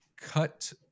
cut